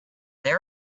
there